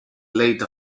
late